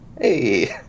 Hey